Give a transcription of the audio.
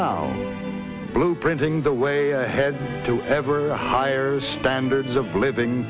now blueprinting the way ahead to ever higher standards of living